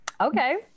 Okay